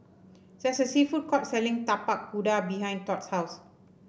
there's a sea food court selling Tapak Kuda behind Todd's house